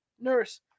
Nurse